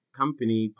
company